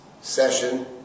session